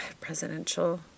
presidential